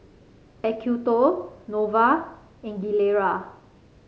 Acuto Nova and Gilera